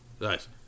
Nice